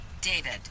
David